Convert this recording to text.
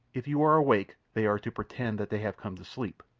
if you are awake they are to pretend that they have come to sleep,